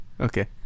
Okay